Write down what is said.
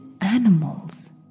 animals